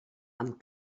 amb